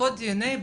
בדיקות דנ”א?